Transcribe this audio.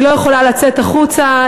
היא לא יכולה לצאת החוצה,